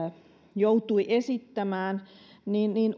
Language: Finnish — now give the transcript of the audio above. joutui esittämään niin niin